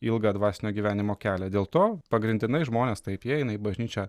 ilgą dvasinio gyvenimo kelią dėl to pagrindinai žmonės taip jie eina į bažnyčią